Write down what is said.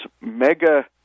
mega